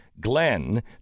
Glenn